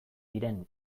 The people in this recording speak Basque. diren